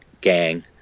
gang